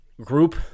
group